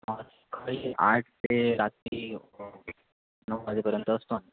सकाळी आठ ते रात्री नऊ वाजेपर्यंत असतो ना